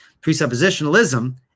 presuppositionalism